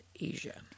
Asia